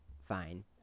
Fine